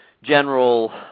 General